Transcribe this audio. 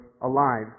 alive